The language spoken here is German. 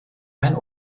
mein